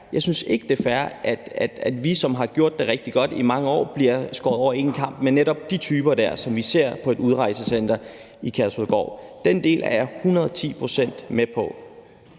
Jeg synes ikke, det er fair, at vi, som har gjort det rigtig godt i mange år, bliver skåret over en kam med netop de typer, som vi ser på et udrejsecenter som Kærshovedgård. Den del er jeg hundrede ti procent med på.